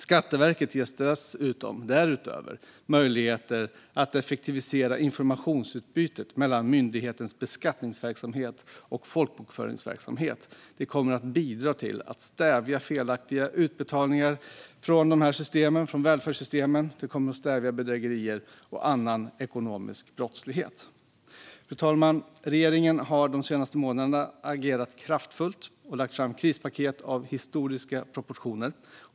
Skatteverket ges därutöver möjligheter att effektivisera informationsutbytet när det gäller myndighetens beskattningsverksamhet och folkbokföringsverksamhet. Det kommer att bidra till att stävja felaktiga utbetalningar från välfärdssystemen, och det kommer att stävja bedrägerier och annan ekonomisk brottslighet. Fru talman! Regeringen har de senaste månaderna agerat kraftfullt och lagt fram krispaket av historiska proportioner.